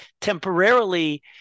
temporarily